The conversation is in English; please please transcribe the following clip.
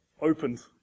opened